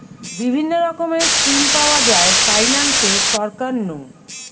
বিভিন্ন রকমের স্কিম পাওয়া যায় ফাইনান্সে সরকার নু